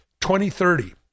2030